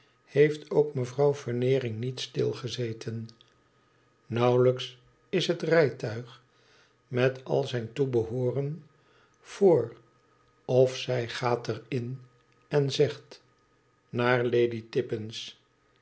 heeft ook mevrouw veneering niet stilgezeten nauwelijks is het rijtuig met al zijn toebehoeren voor of zij gaat er in en zegt inaar laddytippins